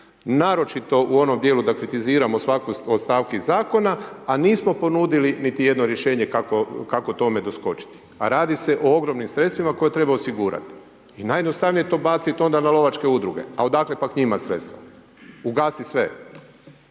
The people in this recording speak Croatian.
naročito u onom djelu da kritiziramo svaku od stavki zakona, a nismo ponudili niti jedno rješenje kako tome doskočiti. A radi se o ogromnim sredstvima koje treba osigurati. I najjednostavnije je to baciti onda na lovačke udruge. A odakle pak njima sredstva? Ugasi sve.